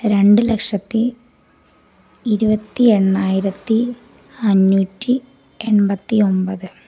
രണ്ട് ലക്ഷത്തി ഇരുപത്തി എണ്ണായിരത്തി അഞ്ഞൂറ്റി എൺപത്തി ഒമ്പത്